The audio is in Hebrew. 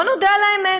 בואו נודה על האמת,